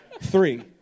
Three